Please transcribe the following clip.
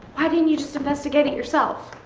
why didn't you just investigate it yourself.